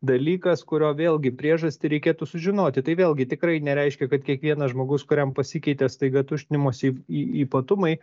dalykas kurio vėlgi priežastį reikėtų sužinoti tai vėlgi tikrai nereiškia kad kiekvienas žmogus kuriam pasikeitė staiga tuštinimosi ypatumai